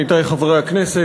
עמיתי חברי הכנסת,